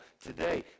today